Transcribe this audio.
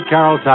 Carol